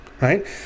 right